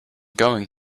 going